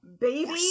Baby